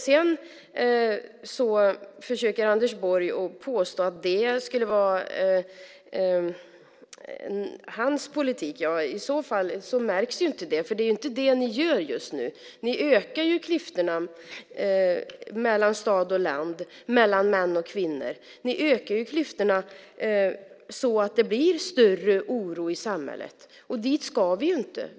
Sedan försöker Anders Borg påstå att det skulle vara hans politik. I så fall märks inte det, för det är inte det ni gör just nu. Ni ökar ju klyftorna mellan stad och land, mellan män och kvinnor. Ni ökar klyftorna så att det blir större oro i samhället. Dit ska vi inte.